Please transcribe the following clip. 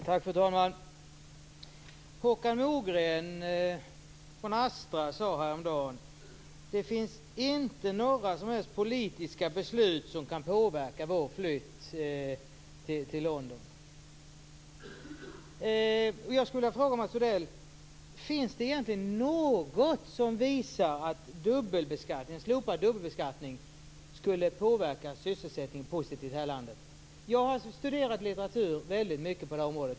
Fru talman! Håkan Mogren från Astra sade häromdagen att det inte finns några som helst politiska beslut som kan påverka deras flytt till London. Jag skulle vilja fråga Mats Odell om det egentligen finns något som visar att en slopad dubbelbeskattning skulle påverka sysselsättningen positivt i det här landet. Jag har studerat väldigt mycket litteratur på det här området.